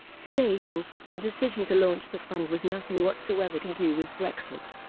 stating the decision to launch the fund was nothing whatsoever to do with brexit.